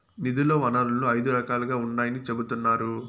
నిధుల వనరులు ఐదు రకాలుగా ఉన్నాయని చెబుతున్నారు